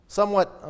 somewhat